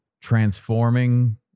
transforming